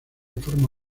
forma